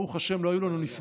ברוך השם לא היו לנו נפגעים.